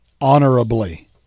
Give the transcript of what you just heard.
honorably